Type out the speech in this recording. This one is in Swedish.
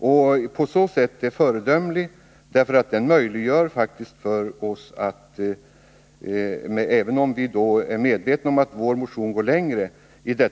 Den är på så sätt föredömlig, då den möjliggör för oss att stödja reservationen, även om vår motion går längre.